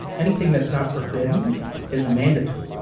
anything that's not forbidden is mandatory.